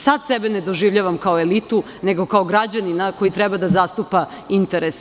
Sada sebe nedoživljavam kao elitu nego kao građanina koji treba da zastupa interese.